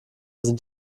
sind